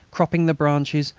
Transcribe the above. cropping the branches,